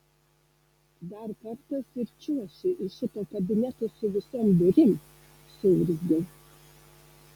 dar kartas ir čiuoši iš šito kabineto su visom durim suurzgiau